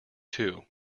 two